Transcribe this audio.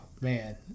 man